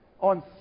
On